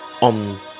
on